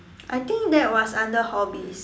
I think that was under hobbies